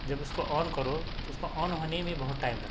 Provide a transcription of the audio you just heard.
جب اس کو آن کرو تو اس کو آن ہونے میں بہت ٹائم لگتا ہے